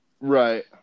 Right